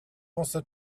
pensa